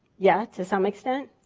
yeah, to some extent?